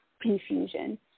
confusion